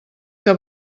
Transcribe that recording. que